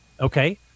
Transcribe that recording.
okay